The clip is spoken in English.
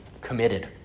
committed